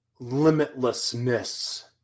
limitlessness